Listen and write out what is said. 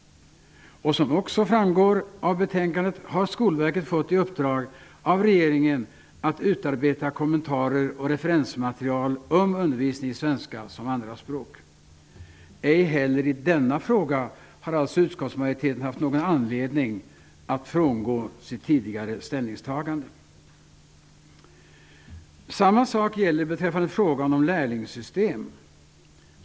Av betänkandet framgår också att Skolverket har fått i uppdrag av regeringen att utarbeta kommentarer och referensmaterial om undervisning i svenska som andraspråk. Utskottsmajoriteten har alltså inte heller i denna fråga haft någon anledning att frångå sitt tidigare ställningstagande. Samma sak gäller beträffande frågan om lärlingssystem.